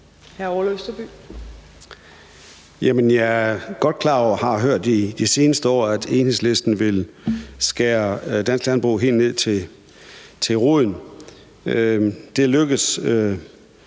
og har hørt de seneste år, at Enhedslisten vil skære dansk landbrug helt ned til roden. Det lykkes